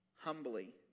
humbly